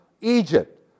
Egypt